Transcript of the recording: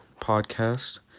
Podcast